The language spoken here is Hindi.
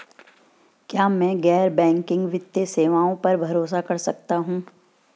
क्या मैं गैर बैंकिंग वित्तीय सेवाओं पर भरोसा कर सकता हूं?